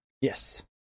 Yes